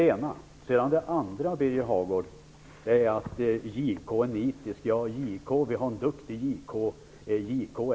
Birger Hagård sade att JK är nitisk. Vi har en duktig JK.